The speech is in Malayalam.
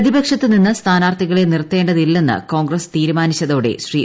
പ്രതിപക്ഷത്തു നിന്ന് സ്ഥാനാർത്ഥികളെ നിർത്തേണ്ടതില്ലെന്ന് കോൺഗ്രസ് തീരുമാനിച്ചതോടെ ശ്രീ